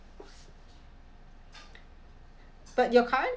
but your current